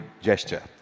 gesture